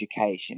education